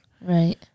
Right